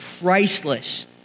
priceless